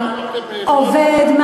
עובד,